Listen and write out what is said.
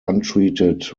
untreated